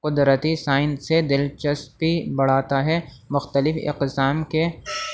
قدرتی سائن سے دلچسپی بڑھاتا ہے مختلف اقسام کے